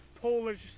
Polish